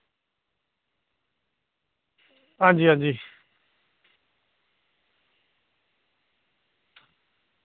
आं जी आं जी